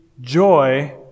joy